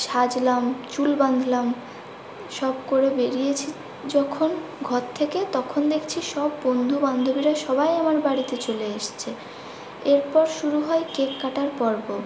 সাজলাম চুল বাঁধলাম সব করে বেরিয়েছি যখন ঘর থেকে তখন দেখছি সব বন্ধু বান্ধবীরা সবাই আমার বাড়িতে চলে এসেছে এরপর শুরু হয় কেক কাটার পর্ব